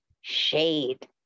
shade